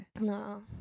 no